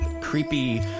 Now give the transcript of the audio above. creepy